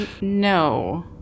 No